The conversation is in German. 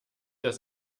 das